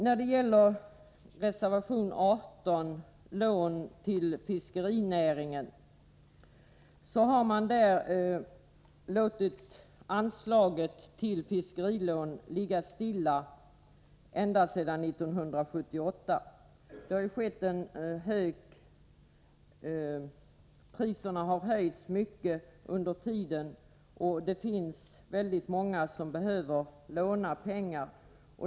När det gäller reservation 18 beträffande lån till fiskerinäringen är det så att anslaget till fiskerilån legat stilla ända sedan 1978. Under den här tiden har priserna höjts mycket, och det finns väldigt många som behöver låna pengar.